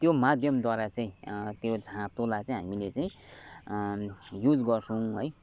त्यो माध्यमद्वारा चाहिँ त्यो झाँतोलाई चाहिँ हामीले चाहिँ युज गर्छौँ है